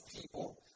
people